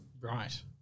Right